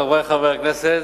חברי חברי הכנסת,